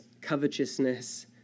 covetousness